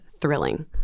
thrilling